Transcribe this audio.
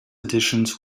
additions